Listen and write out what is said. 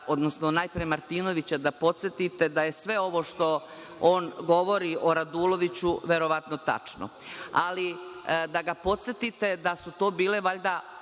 odnosno najpre Martinovića da podsetite, da je sve ovo što on govori o Raduloviću, verovatno tačno, ali, da ga podsetite da su to bile glavne